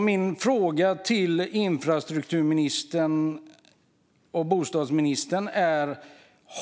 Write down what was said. Min fråga till infrastruktur och bostadsministern är: